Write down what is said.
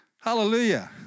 Hallelujah